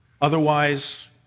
Otherwise